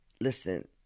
Listen